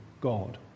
God